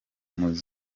muziki